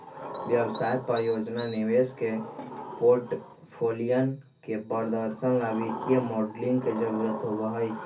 व्यवसाय, परियोजना, निवेश के पोर्टफोलियन के प्रदर्शन ला वित्तीय मॉडलिंग के जरुरत होबा हई